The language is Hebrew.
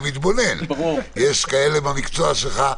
יכול להיות שזה תאגיד שיש לו אלפי חייבים של אלף שקלים.